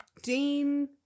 dean